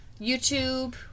YouTube